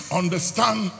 understand